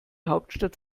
hauptstadt